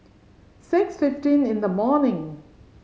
six fifteen in the morning